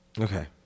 Okay